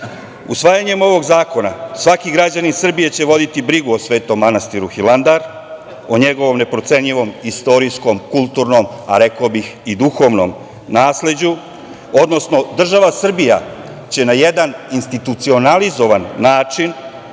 Hilandar. Usvajanjem ovog zakona svaki građanin Srbije će voditi brigu o Svetom manastiru Hilandar, o njegovom neprocenjivom istorijskom, kulturnom, a rekao bih i duhovnom nasleđu, odnosno država Srbija će na jedan institucionalizovan način